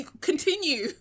continue